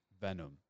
Venom